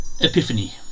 Epiphany